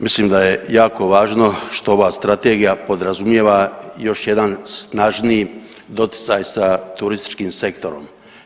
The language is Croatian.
Mislim da je jako važno što ova strategija podrazumijeva još jedan snažniji doticaj sa turističkim sektorom.